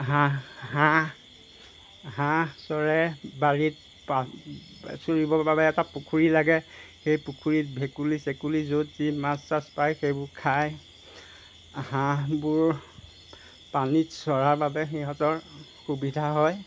হাঁহ হাঁহ হাঁহ চৰে বাৰীত চৰিবৰ বাবে এটা পুখুৰী লাগে সেই পুখুৰীত ভেকুলী চেকুলী য'ত যি মাছ চাচ পায় সেইবোৰ খায় হাঁহবোৰ পানীত চৰাৰ বাবে সিঁহতৰ সুবিধা হয়